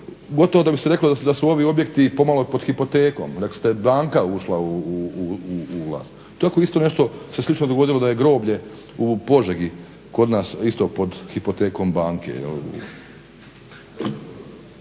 gotovo da bi se reko da su ovi objekti pomalo pod hipotekom, rekli ste banka ušla u vlasništvo. Tako isto nešto slično se dogodilo da je groblje u Požegi kod nas isto pod hipotekom banke.